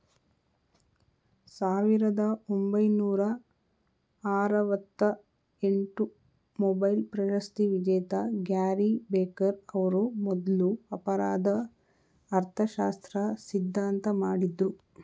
ಸಾವಿರದ ಒಂಬೈನೂರ ಆರವತ್ತಎಂಟು ಮೊಬೈಲ್ ಪ್ರಶಸ್ತಿವಿಜೇತ ಗ್ಯಾರಿ ಬೆಕರ್ ಅವ್ರು ಮೊದ್ಲು ಅಪರಾಧ ಅರ್ಥಶಾಸ್ತ್ರ ಸಿದ್ಧಾಂತ ಮಾಡಿದ್ರು